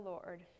Lord